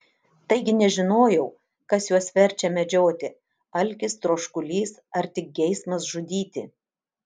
taigi nežinojau kas juos verčia medžioti alkis troškulys ar tik geismas žudyti